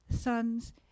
sons